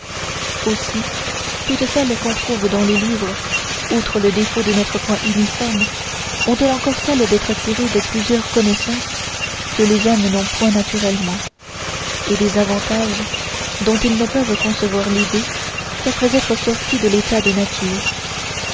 aussi toutes celles qu'on trouve dans les livres outre le défaut de n'être point uniformes ont-elles encore celui d'être tirées de plusieurs connaissances que les hommes n'ont point naturellement et des avantages dont ils ne peuvent concevoir l'idée qu'après être sortis de l'état de nature